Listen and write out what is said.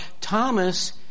Thomas